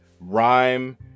rhyme